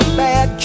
bad